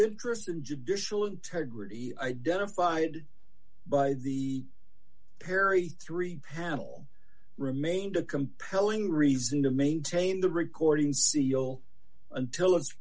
interest in judicial integrity identified by the perry three panel remained a compelling reason to maintain the recording seal until